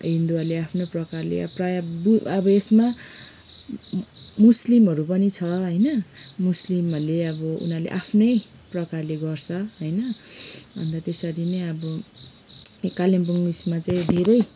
हिन्दूहरूले आफ्नै प्रकारले अब प्राय बु अब यसमा मुस्लिमहरू पनि छ होइन मुस्लिमहरूले अब उनीहरूले आफ्नै प्रकारले गर्छ होइन अन्त त्यसरी नै अब कालिम्पोङ ऊ यसमा चाहिँ धेरै